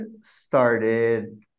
started